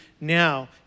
now